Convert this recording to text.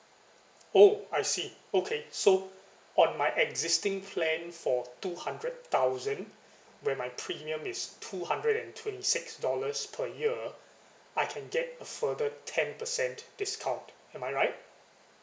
oh I see okay so on my existing plan for two hundred thousand when my premium is two hundred and twenty six dollars per year I can get a further ten percent discount am I right